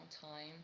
time